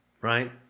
right